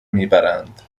میبرند